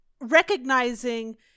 recognizing